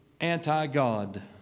anti-God